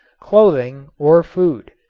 clothing or food.